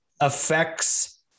affects